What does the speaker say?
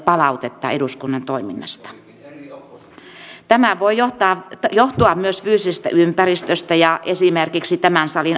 olisi järkevää että tässä haettaisiin kyllä aika laaja poliittinen konsensus näille hankinnoille jo tässä vaiheessa